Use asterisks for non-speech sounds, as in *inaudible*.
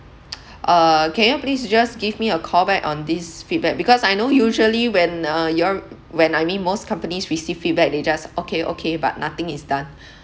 *noise* uh can you all please just give me a call back on this feedback because I know usually when uh you all when I mean most companies receive feedback they just okay okay but nothing is done